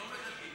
לא מדלגים.